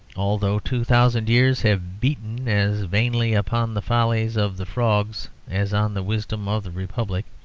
although two thousand years have beaten as vainly upon the follies of the frogs as on the wisdom of the republic.